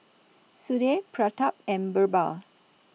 Sudhir Pratap and Birbal